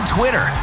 Twitter